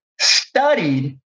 studied